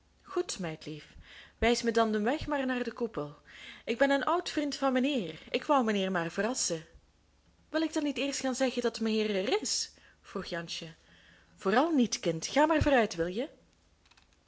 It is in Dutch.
goed meidlief wijs me dan den weg maar naar den koepel ik ben een oud vriend van mijnheer ik wou mijnheer maar verrassen wil ik dan niet eerst gaan zeggen dat meheer er is vroeg jansje vooral niet kind ga maar vooruit wilje de